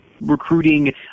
recruiting